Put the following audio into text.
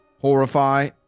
horrify